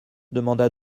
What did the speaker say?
demanda